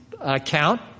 account